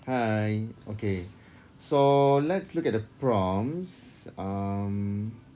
hi okay so let's look at the prompts um